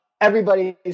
everybody's